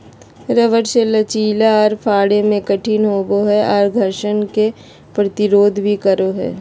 rubber मे लचीला आर फाड़े मे कठिन होवो हय आर घर्षण के प्रतिरोध भी करो हय